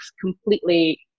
completely